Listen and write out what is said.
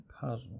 puzzle